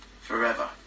forever